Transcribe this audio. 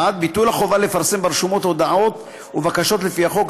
1. ביטול החובה לפרסם ברשומות הודעות ובקשות לפי החוק,